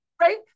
Right